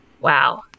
Wow